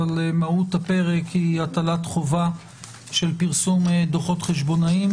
אבל מהות הפרק היא הטלת חובה של פרסום דוחות חשבונאיים